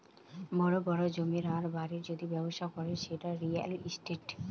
বড় বড় জমির আর বাড়ির যদি ব্যবসা করে সেটা রিয়্যাল ইস্টেট